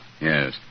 Yes